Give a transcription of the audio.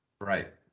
right